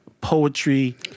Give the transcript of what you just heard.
poetry